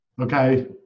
Okay